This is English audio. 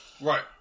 Right